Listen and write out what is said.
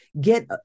Get